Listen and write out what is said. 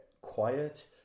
quiet